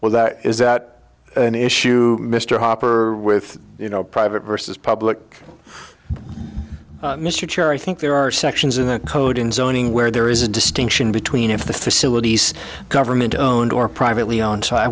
well that is that an issue mr hopper with you know private versus public mr cherry think there are sections in the code in zoning where there is a distinction between if the facilities government owned or privately owned so i